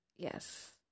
Yes